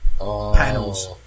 Panels